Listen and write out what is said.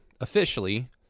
officially